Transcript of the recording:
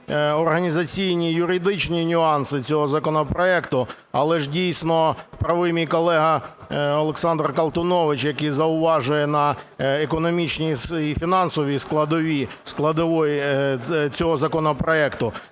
організаційні і юридичні нюанси цього законопроекту. Але ж дійсно правий мій колега Олександр Колтунович, який зауважує на економічні і фінансовій складовій цього законопроекту.